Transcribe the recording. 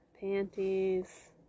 Panties